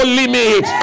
limit